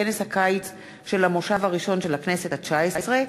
בכנס הקיץ של המושב הראשון של הכנסת התשע-עשרה,